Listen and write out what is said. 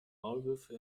maulwürfe